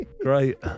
great